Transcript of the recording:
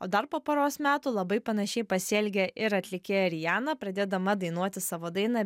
o dar po poros metų labai panašiai pasielgė ir atlikėja ariana pradėdama dainuoti savo dainą